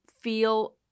feel